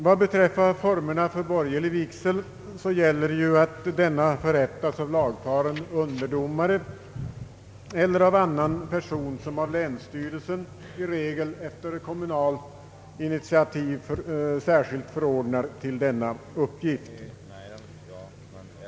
Vad beträffar formerna för borgerlig vigsel gäller att denna förrättas av lagfaren underdomare eller av annan person som av länsstyrelsen, i regel efter kommunalt initiativ, särskilt förordnas till denna uppgift.